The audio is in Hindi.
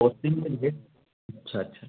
ऑपिन मिल गए अच्छा अच्छा